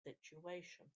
situation